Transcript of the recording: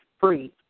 free